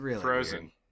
frozen